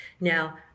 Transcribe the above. Now